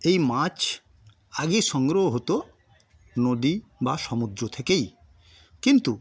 এই মাছ আগে সংগ্রহ হত নদী বা সমুদ্র থেকেই কিন্তু